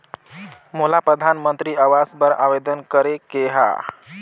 मोला परधानमंतरी आवास बर आवेदन करे के हा?